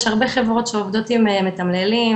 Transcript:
יש הרבה חברות שעובדות עם מתמללים,